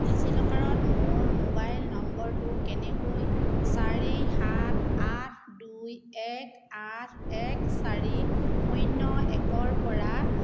ডিজিলকাৰত মোৰ মোবাইল নম্বৰটো কেনেকৈ চাৰি সাত আঠ দুই এক আঠ এক চাৰি শূন্য একৰপৰা